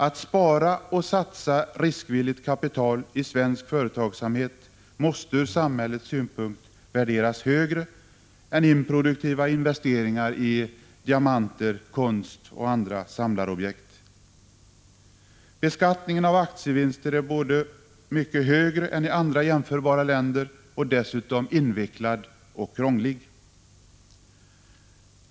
Att spara och satsa riskvilligt kapital i svensk företagsamhet måste ur samhällets synpunkt värderas högre än improduktiva investeringar i diamanter, konst och andra samlarobjekt. Beskattningen av aktievinster är i Sverige mycket högre än i andra jämförbara länder och dessutom invecklad och krånglig.